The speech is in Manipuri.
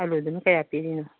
ꯑꯥꯂꯨꯗꯨꯅ ꯀꯌꯥ ꯄꯤꯔꯤꯅꯣ